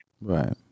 Right